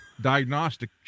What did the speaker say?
diagnostic